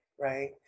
right